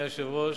אדוני היושב-ראש,